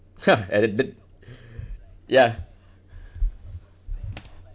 !huh! addicted ya